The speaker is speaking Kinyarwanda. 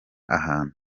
ahantu